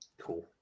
Cool